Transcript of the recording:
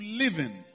living